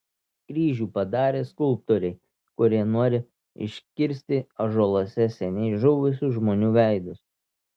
kryžių padarė skulptoriai kurie nori iškirsti ąžuoluose seniai žuvusių žmonių veidus